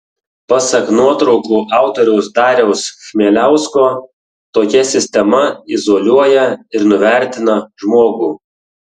pasak nuotraukų autoriaus dariaus chmieliausko tokia sistema izoliuoja ir nuvertina žmogų